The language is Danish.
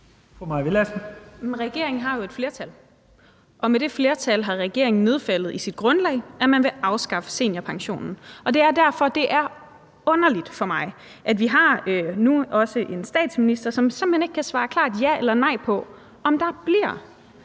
regeringen har jo et flertal, og med det flertal har regeringen nedfældet i sit grundlag, at man vil afskaffe seniorpensionen, og det er derfor, at det er underligt for mig, at vi nu også har en statsminister, som simpelt hen ikke kan svare ja eller nej til, om der bliver